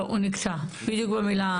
טוב, הוא נקטע, בדיוק במילה.